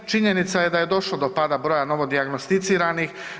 Činjenica je da je došlo do pada broja novo dijagnosticiranih.